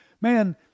man